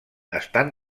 estan